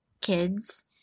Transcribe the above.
kids